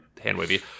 hand-wavy